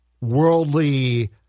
worldly